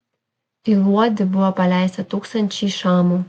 į luodį buvo paleista tūkstančiai šamų